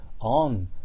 on